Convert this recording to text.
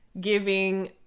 giving